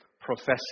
professing